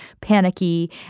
panicky